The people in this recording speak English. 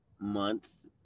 Month